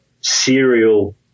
serial